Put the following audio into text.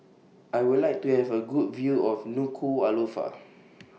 I Would like to Have A Good View of Nuku'Alofa